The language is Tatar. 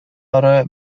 ары